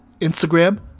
instagram